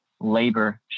labor